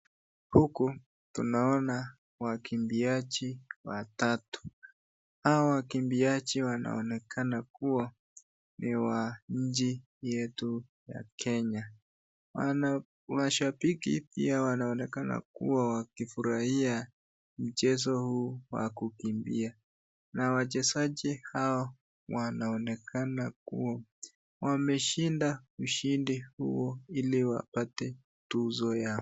Huku tunaona wakimbiaji watatu. Hawa wakimbiaji wanaonekana kuwa ni wa nchi yetu ya Kenya. Wanamashabik pia wanaonekana kuwa wakifurahia mchezo huu wa kukimbia. na wachezaji hawa wanaonekana kuwa wameshinda ushindi huo ili wapate tuzo yao.